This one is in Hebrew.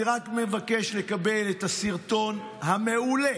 אני רק מבקש לקבל את הסרטון המעולה